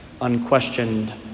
unquestioned